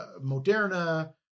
Moderna